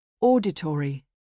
Auditory